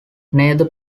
neither